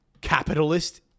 capitalist